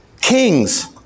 kings